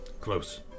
Close